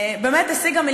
יש לה יום-הולדת.